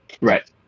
Right